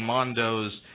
Mondo's